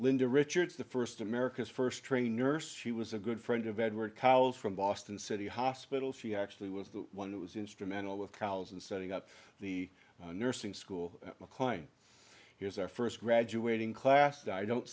linda richards the first america's first trained nurse she was a good friend of edward call's from boston city hospital she actually was the one that was instrumental with cows and setting up the nursing school klein here's our first graduating class die i don't